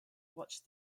watched